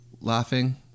laughing